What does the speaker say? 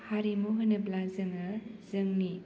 हारिमु होनोब्ला जोङो जोंनि